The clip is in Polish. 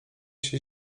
się